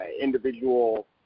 individual